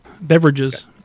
beverages